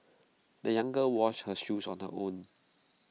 the young girl washed her shoes on her own